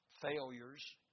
failures